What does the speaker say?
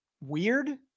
weird